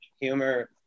humor